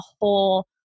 whole